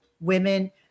women